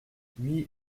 huit